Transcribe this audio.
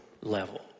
level